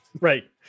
Right